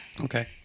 Okay